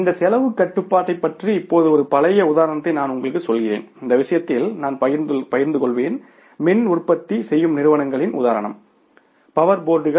இந்த செலவுக் கட்டுப்பாட்டைப் பற்றி இப்போது ஒரு பழைய உதாரணத்தை நான் உங்களுக்குச் சொல்கிறேன் இந்த விஷயத்தில் நான் பகிர்ந்துகொள்வேன் மின் உற்பத்தி செய்யும் நிறுவனங்களின் உதாரணம் பவர் போர்டுகள்